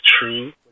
true